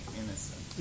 innocent